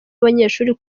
abanyeshuri